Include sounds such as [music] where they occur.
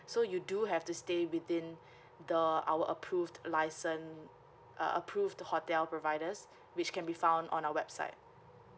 so you do have to stay within [breath] the our approved license uh approved hotel providers which can be found on our website